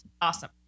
Awesome